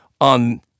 on